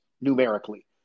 numerically